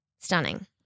Stunning